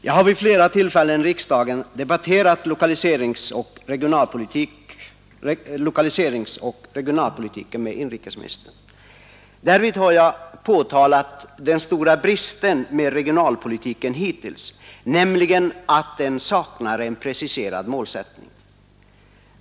Jag har vid flera tillfällen i riksdagen debatterat lokaliseringsoch regionalpolitiken med inrikesministern. Därvid har jag påtalat den stora bristen med regionalpolitiken hittills, nämligen att den saknar en preciserad målsättning.